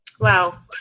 Wow